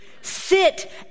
Sit